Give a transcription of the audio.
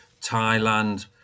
Thailand